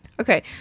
Okay